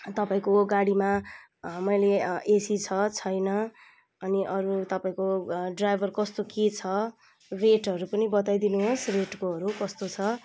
तपाईँको गाडीमा main AC छ छैन अनि अरू तपाईँको ड्राइभर कस्तो छ के छ रेटहरू पनि बताइदिनु होस् रेटकोहरू कस्तो छ